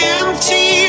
empty